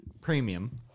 Premium